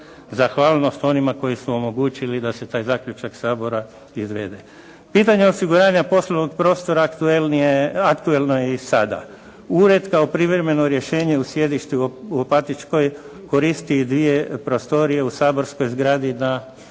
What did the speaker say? zahvalnost onima koji su omogućili da se taj zaključak Sabora izvede. Pitanja osiguranja poslovnog prostora aktuelnije je, aktualno je i sada. Ured kao privremeno rješenje u sjedištu u Opatičkoj koristi i dvije prostorije u saborskoj zgradi na